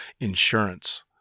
insurance